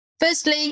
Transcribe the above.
Firstly